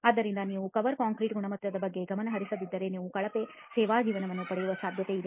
ಆದ್ದರಿಂದ ನೀವು ಕವರ್ ಕಾಂಕ್ರೀಟ್ನ ಗುಣಮಟ್ಟದ ಬಗ್ಗೆ ಗಮನ ಹರಿಸದಿದ್ದರೆ ನೀವು ಕಳಪೆ ಸೇವಾ ಜೀವನವನ್ನು ಪಡೆಯುವ ಸಾಧ್ಯತೆಯಿದೆ